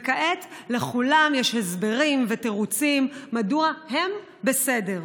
וכעת לכולם יש הסברים ותירוצים מדוע הם בסדר.